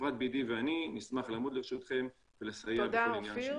חברת DB ואני נשמח לעמוד לרשותכם ולסייע בכל עניין שנדרש.